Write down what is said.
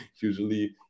usually